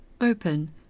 open